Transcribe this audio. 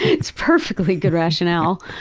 it's perfectly good rationale.